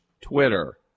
Twitter